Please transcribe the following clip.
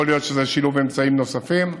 יכול להיות שזה שילוב אמצעים נוספים.